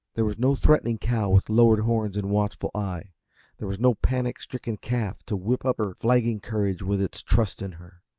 there was no threatening cow with lowered horns and watchful eye there was no panic-stricken calf to whip up her flagging courage with its trust in her.